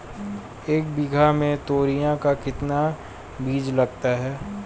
एक बीघा में तोरियां का कितना बीज लगता है?